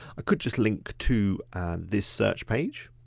ah could just link to this search page.